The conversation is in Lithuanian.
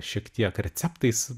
šiek tiek receptais